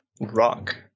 Rock